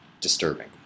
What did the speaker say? disturbing